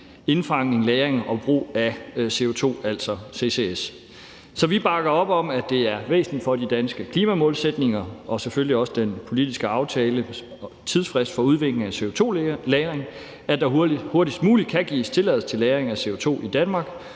indfangning, lagring og brug af CO2, altså CCS. Så vi bakker op om, at det er væsentligt for de danske klimamålsætninger og selvfølgelig også den politiske aftale og tidsfristen for udvikling af CO2-lagring, at der hurtigst muligt kan gives tilladelser til lagring af CO2 i Danmark,